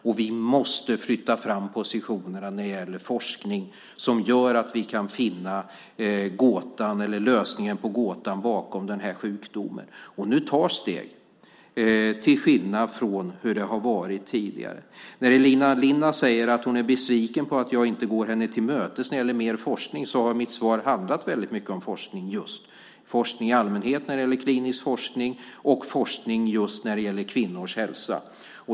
Och vi måste flytta fram positionerna när det gäller forskning som gör att vi kan finna lösningen på gåtan bakom den här sjukdomen. Nu tas steg till skillnad från hur det har varit tidigare. Elina Linna säger att hon är besviken på att jag inte går henne till mötes när det gäller mer forskning. Då har mitt svar handlat väldigt mycket om just forskning, forskning i allmänhet när det gäller klinisk forskning och forskning just när det gäller kvinnors hälsa.